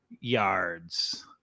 yards